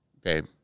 babe